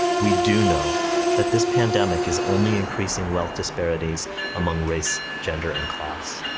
we do know that this pandemic is only increasing wealth disparities among race, gender, and class.